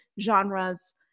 genres